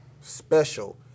special